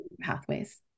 pathways